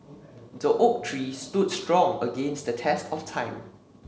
the oak tree stood strong against the test of time